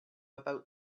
about